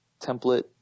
template